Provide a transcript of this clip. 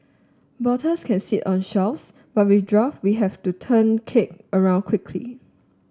bottles can sit on shelves but with draft we have to turn keg around quickly